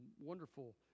wonderful